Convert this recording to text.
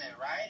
right